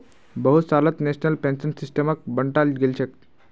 बहुत सालत national pension सिस्टमक बंटाल गेलछेक